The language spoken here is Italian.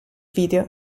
video